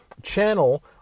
channel